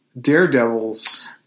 Daredevils